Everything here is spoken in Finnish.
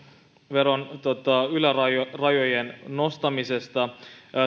ylärajojen nostamisesta